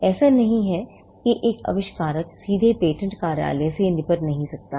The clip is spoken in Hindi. ऐसा नहीं है कि एक आविष्कारक सीधे पेटेंट कार्यालय से निपट नहीं सकता है